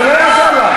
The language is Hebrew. זה לא יעזור לך.